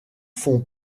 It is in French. font